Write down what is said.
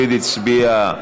התשע"ח 2018, נתקבלה.